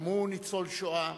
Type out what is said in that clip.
גם הוא ניצול השואה,